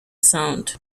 sound